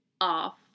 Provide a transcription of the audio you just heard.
off